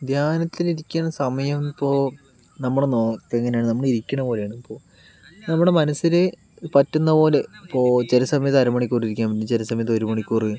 ധ്യാനത്തിന് ഇരിക്കാൻ സമയം ഇപ്പോൾ നമ്മൾ നോ എങ്ങനെയാണ് നമ്മൾ ഇരിക്കണ പോലെയാണ് ഇപ്പോൾ നമ്മൾ മനസ്സിന് പറ്റുന്ന പോലെ ഇപ്പോൾ ചില സമയത്ത് അരമണിക്കൂറിരിക്കാറുണ്ട് ചില സമയത്ത് ഒരു മണിക്കൂർ